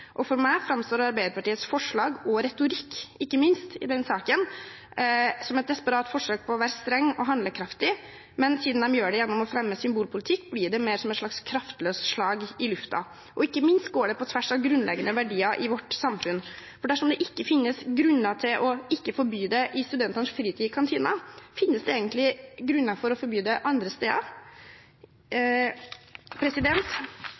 For meg framstår Arbeiderpartiets forslag og retorikk, ikke minst, i denne saken som et desperat forsøk på å være streng og handlekraftig, men siden de gjør det gjennom å fremme symbolpolitikk, blir det mer som et slags kraftløst slag i luften. Ikke minst går det på tvers av grunnleggende verdier i vårt samfunn. Dersom det ikke finnes grunner til ikke å forby det i studenters fritid i kantinen, finnes det egentlig grunner for å forby det andre steder?